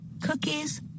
cookies